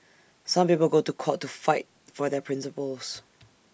some people go to court to fight for their principles